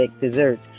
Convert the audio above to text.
desserts